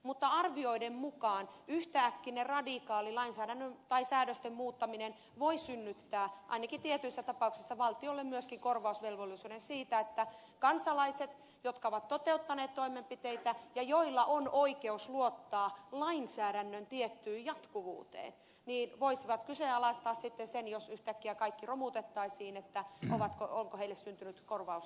mutta arvioiden mukaan yhtäkkinen radikaali säädösten muuttaminen voi synnyttää ainakin tietyissä tapauksissa valtiolle myöskin korvausvelvollisuuden siitä että kansalaiset jotka ovat toteuttaneet toimenpiteitä ja joilla on oikeus luottaa lainsäädännön tiettyyn jatkuvuuteen voisivat kyseenalaistaa sen jos yhtäkkiä kaikki romutettaisiin onko heille syntynyt korvausoikeus